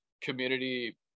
community